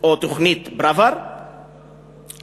או תוכנית פראוור לנגב,